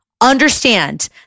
Understand